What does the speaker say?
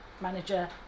manager